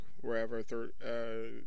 wherever